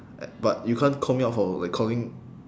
uh but you can't call me out for like calling